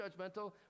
judgmental